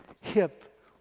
hip